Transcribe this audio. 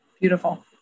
Beautiful